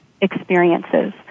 experiences